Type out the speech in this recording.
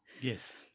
Yes